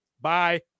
Bye